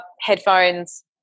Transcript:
headphones